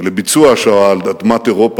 ולביצוע השואה על אדמת אירופה.